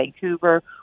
Vancouver